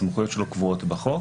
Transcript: הסמכויות שלו קבועות בחוק.